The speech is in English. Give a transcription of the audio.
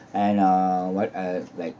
and uh what uh like